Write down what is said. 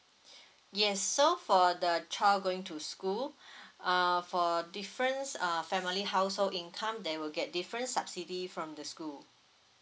yes so for the child going to school uh for different uh family household income they will get different subsidy from the school